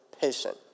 patient